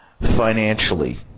financially